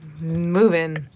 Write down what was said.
Moving